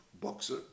boxer